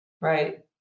right